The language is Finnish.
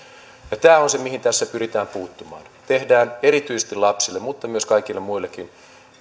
tämä on se mihin tässä pyritään puuttumaan tehdään erityisesti lapsille mutta myös kaikille muillekin